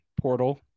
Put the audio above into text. portal